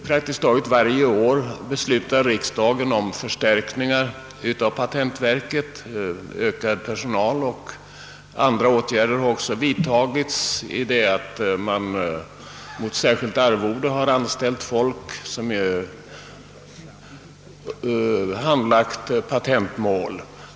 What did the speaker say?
Praktiskt taget varje år beslutar riksdagen om en förstärkning av patentverket genom ökad personal och andra åtgärder; mot särskilt arvode har verket fått anställa folk som handlagt patentmål.